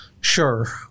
Sure